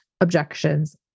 objections